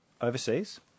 overseas